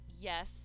yes